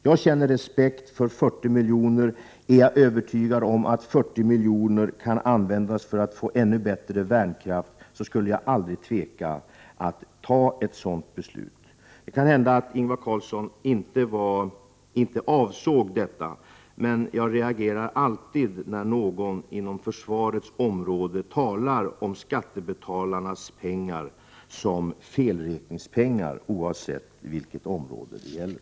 Jag har respekt för dessa 40 miljoner, och jag är övertygad om att om 40 miljoner kan användas för att vi skall få ännu bättre värnkraft, skulle jag aldrig tveka att fatta ett sådant beslut. Det kan hända att Ingvar Karlsson inte avsåg detta, men jag reagerar alltid när någon inom försvarsområdet talar om skattebetalares pengar som felräkningspengar, oavsett vilket område det gäller.